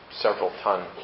several-ton